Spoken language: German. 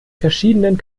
verschiedenen